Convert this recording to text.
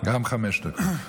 גם חמש דקות.